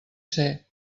ser